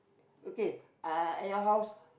okay uh at your house